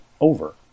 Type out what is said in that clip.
over